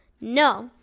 No